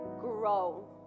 grow